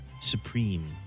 supreme